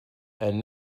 and